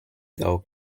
though